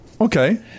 Okay